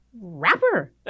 rapper